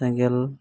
ᱥᱮᱸᱜᱮᱞ